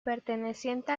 perteneciente